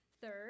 Third